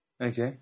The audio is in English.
Okay